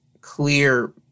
clear